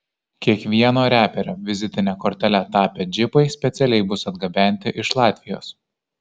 kiekvieno reperio vizitine kortele tapę džipai specialiai bus atgabenti iš latvijos